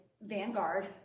Vanguard